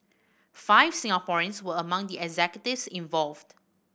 five Singaporeans were among the executives involved